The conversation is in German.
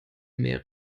mehr